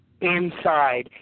inside